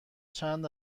چند